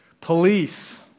Police